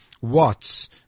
Watts